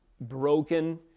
broken